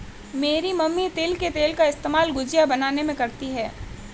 मेरी मम्मी तिल के तेल का इस्तेमाल गुजिया बनाने में करती है